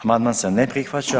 Amandman se ne prihvaća.